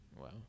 Wow